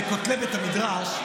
אבל ברגע שלוקחים כסף למשהו של בינוי,